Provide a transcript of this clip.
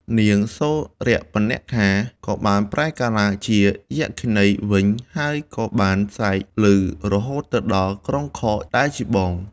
នាងសូរបនខា ក៏បានប្រែកាឡាជាយក្ខិនីវិញ ហើយក៏បាន ស្រែកឮរហូតទៅដល់ក្រុងខរ ដែលជាបង។